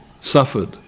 suffered